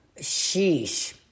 sheesh